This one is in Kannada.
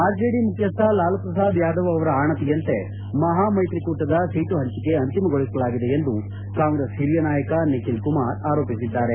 ಆರ್ಜೆಡಿ ಮುಖ್ಯಸ್ಥ ಲಾಲೂಪ್ರಸಾದ್ ಯಾದವ್ ಅವರ ಅಣಿಯಂತೆ ಮಹಾಮೈತ್ರಿ ಕೂಟದ ಸೀಟು ಹಂಚಿಕೆ ಅಂತಿಮಗೊಳಿಸಲಾಗಿದೆ ಎಂದು ಕಾಂಗ್ರೆಸ್ ಹಿರಿಯ ನಾಯಕ ನಿಖಿಲ್ ಕುಮಾರ್ ಆರೋಪಿಸಿದ್ದಾರೆ